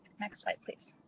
next slide, please.